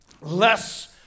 Less